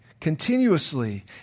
continuously